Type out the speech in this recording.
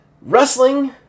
wrestling